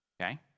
Okay